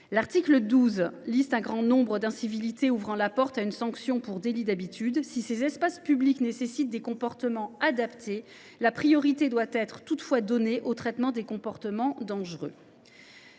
dresse la liste d’un grand nombre d’incivilités ouvrant la porte à une sanction pour délit d’habitude. Si ces espaces publics nécessitent des comportements adaptés, priorité doit être donnée au traitement des comportements dangereux.